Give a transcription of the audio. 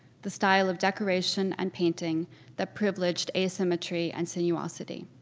the style of decoration and painting that privileged asymmetry and sinuosity.